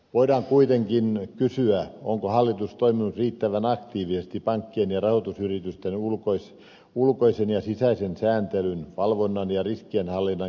voidaan kuitenkin kysyä onko hallitus toiminut riittävän aktiivisesti pankkien ja rahoitusyritysten ulkoisen ja sisäisen sääntelyn valvonnan ja riskienhallinnan kehittämisessä